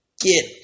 get